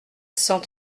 cent